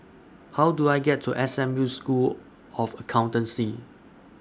How Do I get to S M U School of Accountancy